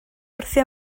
wrthi